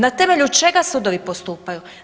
Na temelju čega sudovi postupaju?